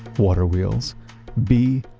waterwheels b.